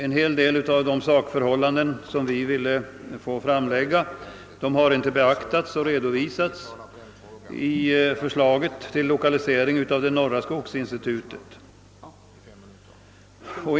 En hel del av de sakförhållanden som vi ville fästa uppmärksamheten på har inte beaktats eller redovisats i förslaget till lokalisering av det norra skogsinstitutet.